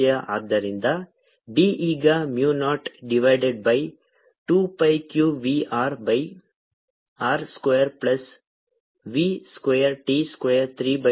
ಆದ್ದರಿಂದ B ಈಗ mu naught divided by 2 pi q v R by R square plus v square t square 3 by 2